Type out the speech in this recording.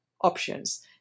options